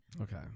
okay